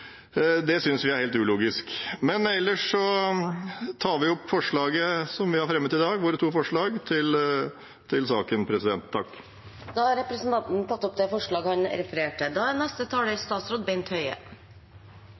Det synes vi er helt ulogisk. Jeg tar opp våre to forslag til saken. Da har representanten Tor André Johnsen tatt opp de forslagene han refererte til.